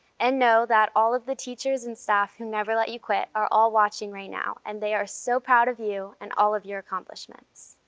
and know that all of the teachers and staff who never let you quit are all watching right now and they are so proud of you and all of your accomplishments.